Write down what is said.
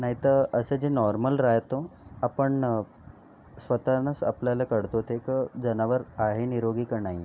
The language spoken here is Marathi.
नाहीतर असं जे नॉर्मल राहतो आपण स्वतःनंच आपल्याला कळतो ते का जनावर आहे निरोगी का नाही आहे